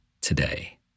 today